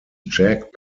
jack